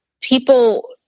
people